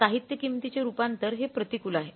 सहित्य किंमतींचे रूपांतर हे प्रतिकूल आहे